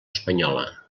espanyola